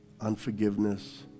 unforgiveness